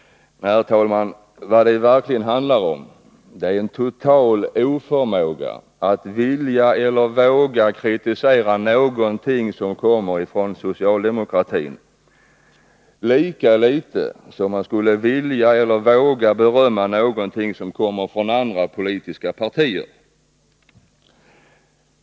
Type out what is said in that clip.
Herr talman! Vad det i verkligheten handlar om är en total oförmåga att vilja eller våga kritisera något som kommer från socialdemokratin, lika litet som man skulle vilja eller våga berömma något som kommer från andra politiska partier.